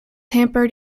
hampered